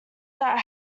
that